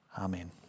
Amen